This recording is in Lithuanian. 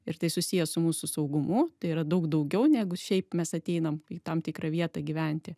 ir tai susiję su mūsų saugumu tai yra daug daugiau negu šiaip mes ateinam į tam tikrą vietą gyventi